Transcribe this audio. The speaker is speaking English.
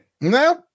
No